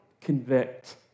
convict